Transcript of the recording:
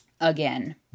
Again